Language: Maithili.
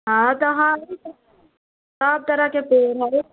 हँ तऽ सभ तरहकेँ पेड़ हय